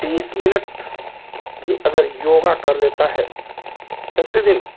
तीस मिनट भी अगर योगा कर लेता है प्रतिदिन